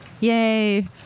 Yay